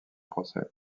procès